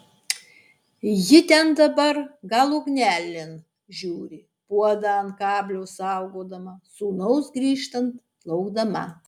ji ten dabar gal ugnelėn žiūri puodą ant kablio saugodama sūnaus grįžtant laukdama